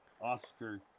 Oscar